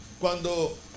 Cuando